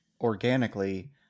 organically